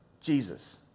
Jesus